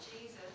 Jesus